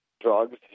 drugs